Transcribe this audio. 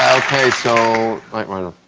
okay, so like i'm